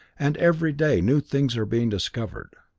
and every day new things are being discovered.